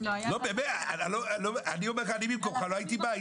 אני במקומך לא הייתי בא,